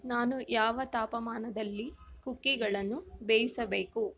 ನಾನು ಯಾವ ತಾಪಮಾನದಲ್ಲಿ ಕುಕ್ಕೆಗಳನ್ನು ಬೇಯಿಸಬೇಕು